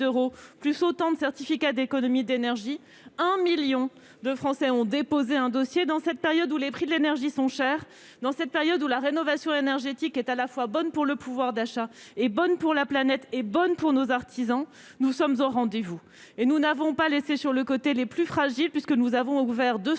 plus autant de certificats d'économie d'énergie, un 1000000 de Français ont déposé un dossier dans cette période où les prix de l'énergie sont chères dans cette période où la rénovation énergétique est à la fois bonne pour le pouvoir d'achat est bonne pour la planète est bonne pour nos artisans, nous sommes au rendez-vous et nous n'avons pas laisser sur le côté, les plus fragiles : puisque nous avons ouvert 200000 places